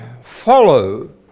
follow